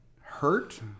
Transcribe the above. hurt